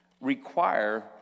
require